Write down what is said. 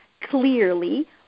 clearly